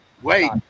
Wait